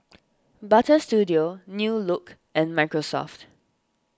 Butter Studio New Look and Microsoft